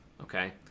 Okay